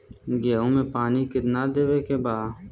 गेहूँ मे पानी कितनादेवे के बा?